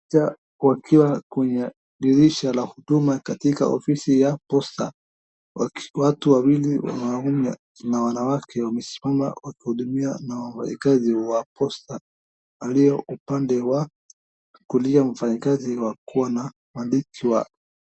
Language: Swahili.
Picha wakiwa kwenye dirisha la huduma katika ofisi ya posta, watu wawili wanaume na wanawake wamesimama wakihudumiwa na mfanyikazi wa posta aliye upande wa kulia mfanyikazi wa kuwa na malichwa.